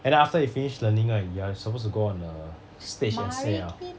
and then after that you finish learning right you are supposed to go on the stage to say out